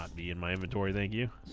but be in my inventory thank you